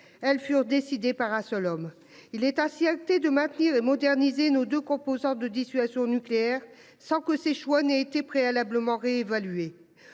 elles furent décidées par un seul homme. Il est assis à côté de maintenir et moderniser nos 2 composantes de dissuasion nucléaire, sans que ses choix n'ait été préalablement réévalué.